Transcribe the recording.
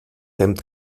hemd